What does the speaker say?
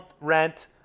rent